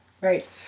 Right